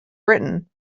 britain